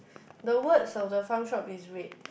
the words of the front shop is red